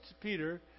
Peter